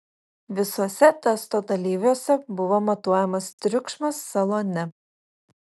visuose testo dalyviuose buvo matuojamas triukšmas salone